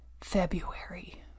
February